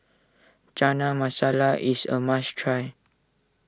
Chana Masala is a must try